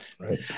Right